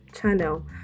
channel